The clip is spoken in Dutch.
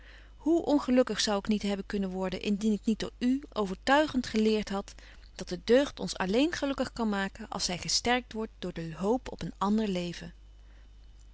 hoe ongelukkig zou ik niet hebben kunnen worden indien ik niet door u overtuigent geleert had dat de deugd ons alleen gelukkig kan maken als zy gesterkt wordt door de hoop op een ander leven